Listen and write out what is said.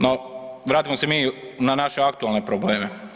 No, vratimo se mi na naše aktualne probleme.